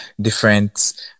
different